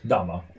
Dama